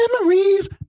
Memories